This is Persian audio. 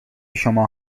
شما